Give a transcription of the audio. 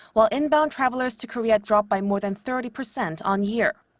while inbound travelers to korea dropped by more than thirty percent on-year.